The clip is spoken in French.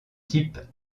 type